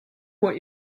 what